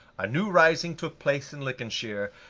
a new rising took place in lincolnshire,